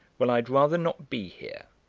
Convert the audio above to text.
well, i'd rather not be here.